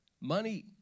Money